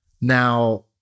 Now